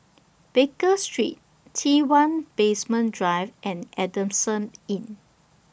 Baker Street T one Basement Drive and Adamson Inn